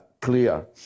clear